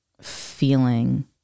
feeling